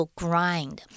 grind